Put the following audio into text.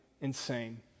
insane